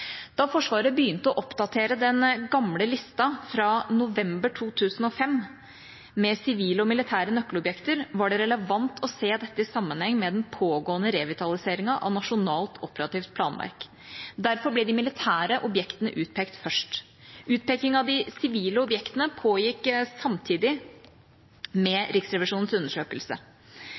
Da Forsvaret begynte å oppdatere den gamle lista fra november 2005 med sivile og militære nøkkelobjekter, var det relevant å se dette i sammenheng med den pågående revitaliseringen av nasjonalt operativt planverk. Derfor ble de militære objektene utpekt først. Utpekingen av de sivile objektene pågikk samtidig med Riksrevisjonens undersøkelse.